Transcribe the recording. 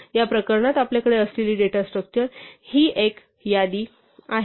या प्रकरणात आपल्याकडे असलेली डेटा स्ट्रक्चर ही एक यादी आहे